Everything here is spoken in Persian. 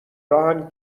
راهن